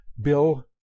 Bill